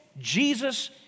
Jesus